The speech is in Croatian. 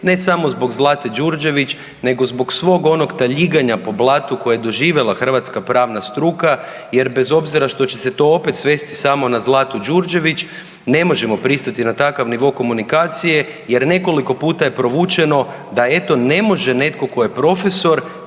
ne samo zbog Zlate Đurđević nego zbog svog onog taljiganja po blatu koje je doživjela hrvatska pravna struka jer bez obzira što će se to opet svesti samo na Zlatu Đurđević, ne možemo pristati na takav nivo komunikacije jer nekoliko puta je provučeno da, eto, ne može netko tko je profesor